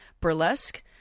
burlesque